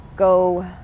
go